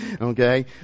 Okay